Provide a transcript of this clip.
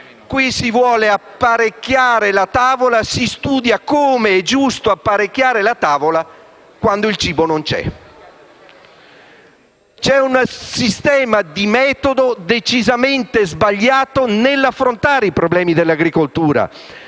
qui si vuole apparecchiare la tavola e si studia come apparecchiarla correttamente quando il cibo non c'è. C'è un metodo decisamente sbagliato nell'affrontare i problemi dell'agricoltura.